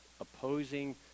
opposing